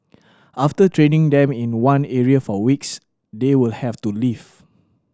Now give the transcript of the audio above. after training them in one area for weeks they will have to leave